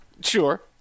sure